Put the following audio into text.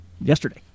yesterday